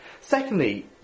Secondly